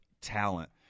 talent